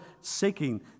seeking